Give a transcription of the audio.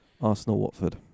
Arsenal-Watford